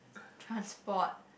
transport